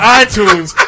iTunes